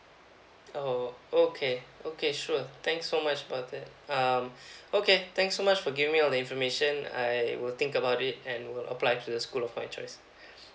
oh okay okay sure thanks so much about that um okay thanks so much for giving me all the information I I will think about it and will apply to the school of my choice